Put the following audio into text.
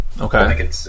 Okay